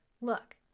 Look